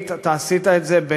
השארת חותם בכל תפקידיך.